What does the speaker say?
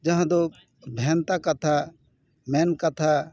ᱡᱟᱦᱟᱸ ᱫᱚ ᱵᱷᱮᱱᱛᱟ ᱠᱟᱛᱷᱟ ᱢᱮᱱ ᱠᱟᱛᱷᱟ